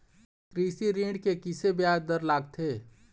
कृषि ऋण के किसे ब्याज दर लगथे?